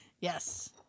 Yes